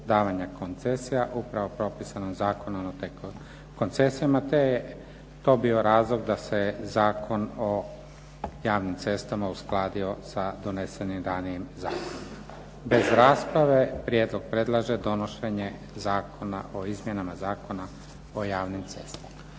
davanja koncesija upravo propisan Zakonom o koncesijama te je to bio razlog da se Zakon o javnim cestama uskladio sa donesenim ranijim zaključcima. Bez rasprave Odbor predlaže donošenje Zakona o izmjenama Zakona o javnim cestama.